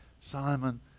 Simon